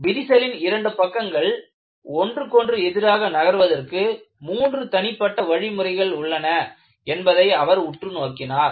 விரிசலின் இரண்டு பக்கங்கள் ஒன்றுக்கொன்று எதிராக நகர்வதற்கு மூன்று தனிப்பட்ட வழிமுறைகள் உள்ளன என்பதை அவர் உற்று நோக்கினார்